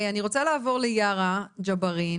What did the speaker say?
אני רוצה לעבור ליארה ג'בארין,